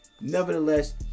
Nevertheless